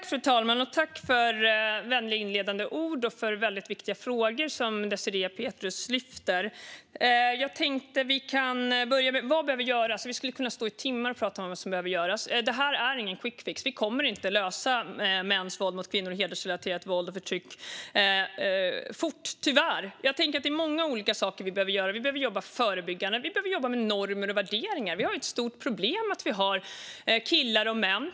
Fru talman! Tack för de vänliga inledande orden och för de väldigt viktiga frågor som Désirée Pethrus tar upp! Låt mig börja med vad som behöver göras. Vi skulle kunna stå i timmar och prata om detta. Det här är ingen quickfix. Vi kommer tyvärr inte att lösa mäns våld mot kvinnor och hedersrelaterat våld och förtryck snabbt. Jag tror att vi behöver göra många olika saker. Vi behöver jobba förebyggande och med normer och värderingar. Vi har ett stort problem med en del killar och män.